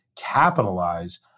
capitalize